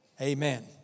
Amen